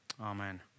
Amen